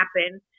happen